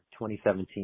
2017